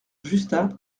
justin